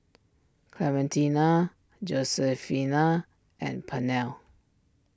Clementina Josefina and Pernell